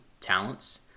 talents